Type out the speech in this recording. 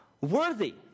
worthy